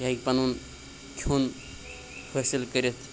یہِ ہیٚکہِ پَنُن کھیوٚن حٲصِل کٔرِتھ